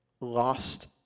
lost